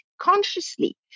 consciously